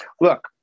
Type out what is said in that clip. Look